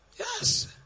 yes